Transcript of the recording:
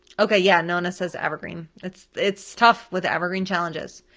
okay, yeah, nona says evergreen. it's it's tough with the evergreen challenges.